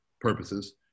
purposes